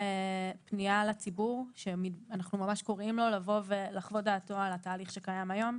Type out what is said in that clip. פנייה לציבור לבוא ולחוות דעתו על התהליך שקיים היום.